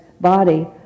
body